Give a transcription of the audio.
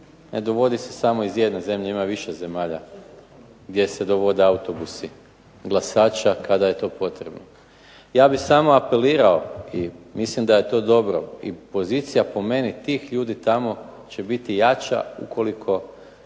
ne dovodi se samo iz jedne zemlje. Ima više zemalja gdje se dovode autobusi glasača kada je to potrebno. Ja bih samo apelirao i mislim da je to dobro i pozicija po meni tih ljudi tamo će biti jača ukoliko